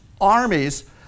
armies